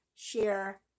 share